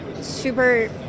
super